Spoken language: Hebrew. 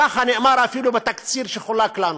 ככה נאמר אפילו בתקציר שחולק לנו.